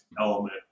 element